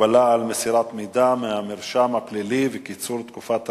(הגבלה על מסירת מידע מהמרשם הפלילי וקיצור תקופת הרישום),